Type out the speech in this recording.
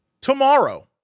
Tomorrow